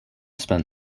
spent